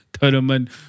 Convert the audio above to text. tournament